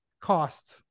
cost